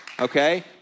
Okay